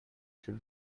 should